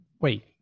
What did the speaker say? wait